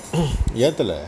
எத்தள:yethala